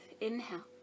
Inhale